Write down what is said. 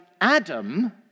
Adam